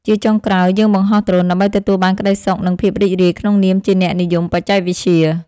ជាចុងក្រោយ យើងបង្ហោះដ្រូនដើម្បីទទួលបានក្តីសុខ និងភាពរីករាយក្នុងនាមជាអ្នកនិយមបច្ចេកវិទ្យា។